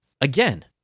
again